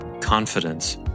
confidence